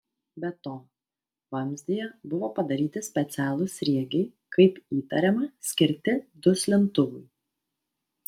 be to vamzdyje buvo padaryti specialūs sriegiai kaip įtariama skirti duslintuvui